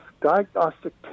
diagnostic